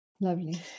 Lovely